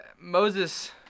moses